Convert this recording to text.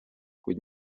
kuid